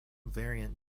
variant